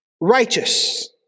righteous